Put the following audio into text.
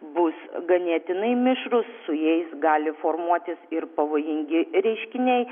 bus ganėtinai mišrūs su jais gali formuotis ir pavojingi reiškiniai